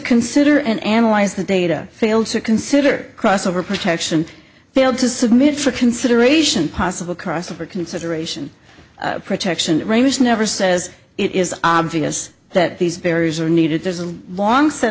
consider and analyze the data failed to consider crossover protection failed to submit for consideration possible crossover consideration protection never says it is obvious that these barriers are needed there's a long set